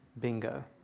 Bingo